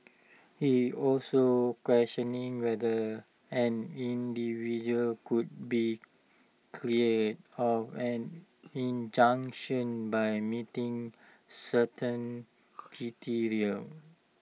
he also questioned whether an individual could be cleared of an injunction by meeting certain criteria